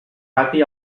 pati